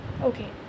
Okay